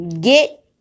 Get